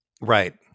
Right